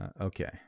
Okay